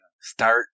start